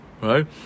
right